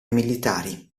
militari